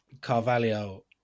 Carvalho